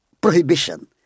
prohibition